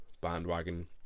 bandwagon